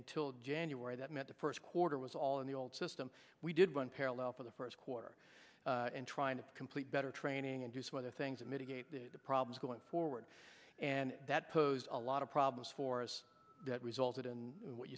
until january that meant the first quarter was all in the old system we did run parallel for the first quarter and trying to complete better training and do some other things that mitigate the problems going forward and that posed a lot of problems for us that resulted in what